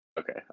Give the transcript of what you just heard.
Okay